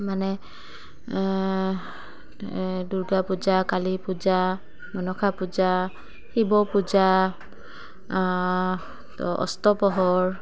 মানে দুৰ্গা পূজা কালী পূজা মনসা পূজা শিৱ পূজা তো অস্তপহৰ